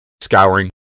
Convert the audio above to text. Scouring